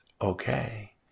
okay